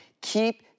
Keep